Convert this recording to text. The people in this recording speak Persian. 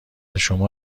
شما